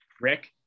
Rick